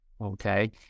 okay